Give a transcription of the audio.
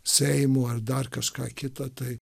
seimo ar dar kažką kitą tai